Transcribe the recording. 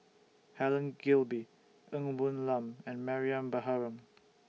Helen Gilbey Ng Woon Lam and Mariam Baharom